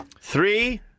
Three